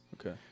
Okay